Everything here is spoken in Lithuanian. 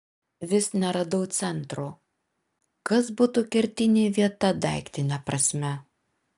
vis neradau centro kas būtų kertinė vieta daiktine prasme